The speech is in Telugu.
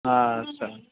సరే